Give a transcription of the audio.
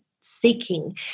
seeking